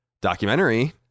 documentary